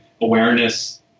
awareness